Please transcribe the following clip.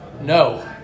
no